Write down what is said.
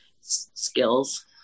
Skills